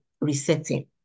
resetting